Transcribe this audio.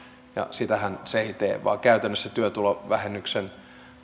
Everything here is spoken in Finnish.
sitähän se ei tee vaan käytännössä työtulovähennyksen